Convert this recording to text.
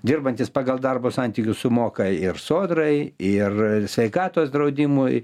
dirbantys pagal darbo santykius sumoka ir sodrai ir sveikatos draudimui